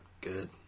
good